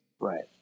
right